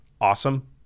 awesome